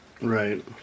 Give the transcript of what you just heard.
Right